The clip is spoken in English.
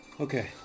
Okay